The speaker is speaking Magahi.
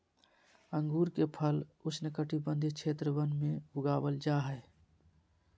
अंगूर के फल उष्णकटिबंधीय क्षेत्र वन में उगाबल जा हइ